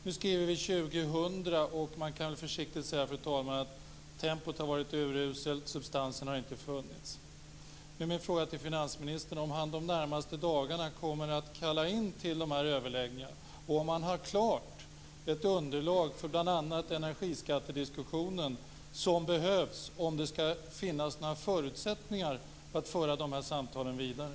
Nu skriver vi år 2000 och man kan väl försiktigt säga, fru talman, att tempot varit uruselt och att substansen inte har funnits. Nu är min fråga till finansministern om han de närmaste dagarna kommer att kalla in till de här överläggningarna och om han har klart ett underlag för bl.a. energiskattediskussionen som behövs om det ska finnas några förutsättningar för att föra de här samtalen vidare.